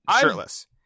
shirtless